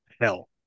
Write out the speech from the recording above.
hell